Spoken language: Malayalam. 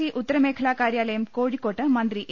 സി ഉത്ത ര മേ ഖല കാർ്യാലയം കോഴിക്കോട്ട് മന്ത്രി എ